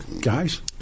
Guys